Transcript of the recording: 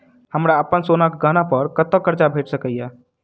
हमरा अप्पन सोनाक गहना पड़ कतऽ करजा भेटि सकैये?